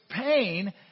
pain